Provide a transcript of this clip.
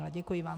Děkuji vám.